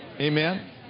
Amen